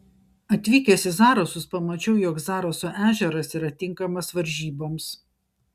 atvykęs į zarasus pamačiau jog zaraso ežeras yra tinkamas varžyboms